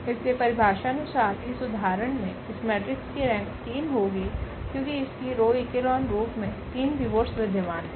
इसलिए परिभाषानुसार इस उदाहरण में इस मेट्रिक्स की रेंक 3 होगी क्योकि इसकी रो ईकोलोन रूप में 3 पिवोट्स विध्यमान है